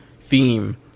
theme